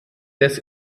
des